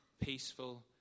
peaceful